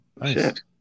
nice